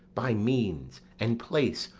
by means, and place,